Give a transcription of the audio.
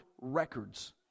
records